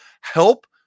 help